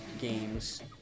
games